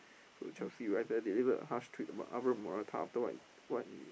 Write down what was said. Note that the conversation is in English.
so Chelsea writer delivered harsh tweet about Alvaro-Morata after what he what need